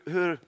Hur